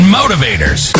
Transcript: motivators